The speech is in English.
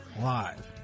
live